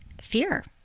fear